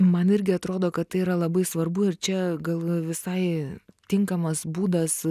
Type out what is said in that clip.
man irgi atrodo kad tai yra labai svarbu ir čia gal visai tinkamas būdas